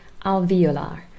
alveolar